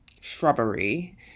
shrubbery